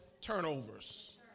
turnovers